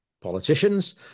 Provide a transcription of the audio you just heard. politicians